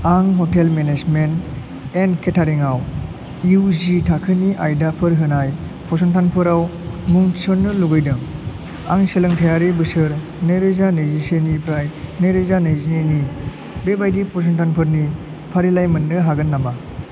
आं hotel management and catering आव इउ जि थाखोनि आयदाफोर होनाय फसंथानफोराव मुं थिसन्नो लुगैदों आं सोलोंथायारि बोसोर नै रोजा नैजिसेनिफ्राय नै रोजा नैजिनैनि बेबायदि फसंथानफोरनि फारिलाइ मोन्नो हागोन नामा